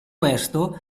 questo